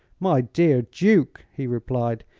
my dear duke, he replied,